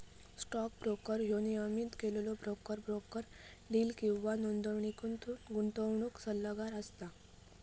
stock broker ह्यो नियमन केलेलो ब्रोकर, ब्रोकर डीलर किंवा नोंदणीकृत गुंतवणूक सल्लागार असता